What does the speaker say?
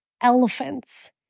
elephants